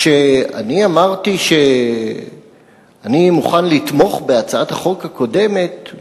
כשאני אמרתי שאני מוכן לתמוך בהצעת החוק הקודמת,